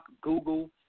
Google